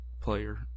player